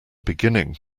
beginning